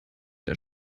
der